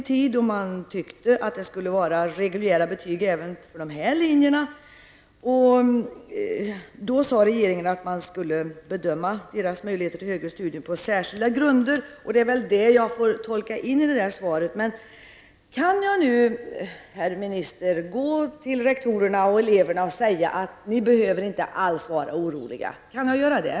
Vi ville att man skulle gå efter reguljära betyg även när det gällde dessa linjer. Regeringen uttalade då att dessa elvers möjligheter till högre studier skulle bedömas på särskilda grunder. Det är väl så jag får tolka utbildningsministerns svar. Kan jag nu, herr minister, gå till rektorerna och elverna och säga att de alls inte behöver vara oroliga? Kan jag göra det?